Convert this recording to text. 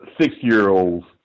six-year-olds